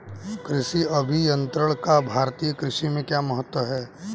कृषि अभियंत्रण का भारतीय कृषि में क्या महत्व है?